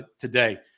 today